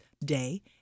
day